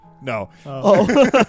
No